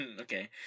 Okay